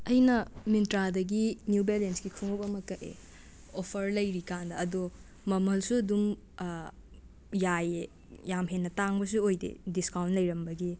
ꯑꯩꯅ ꯃꯤꯟꯇ꯭ꯔꯥꯗꯒꯤ ꯅ꯭ꯌꯨ ꯕꯦꯂꯦꯟꯁꯀꯤ ꯈꯣꯡꯎꯞ ꯑꯃ ꯀꯛꯑꯦ ꯑꯣꯐꯔ ꯂꯩꯔꯤꯀꯥꯟꯗ ꯑꯗꯣ ꯃꯃꯜꯁꯨ ꯑꯗꯨꯝ ꯌꯥꯏꯌꯦ ꯌꯥꯝ ꯍꯦꯟꯅ ꯇꯥꯡꯕꯁꯨ ꯑꯣꯏꯗꯦ ꯗꯤꯁꯀꯥꯎꯟ ꯂꯩꯔꯝꯕꯒꯤ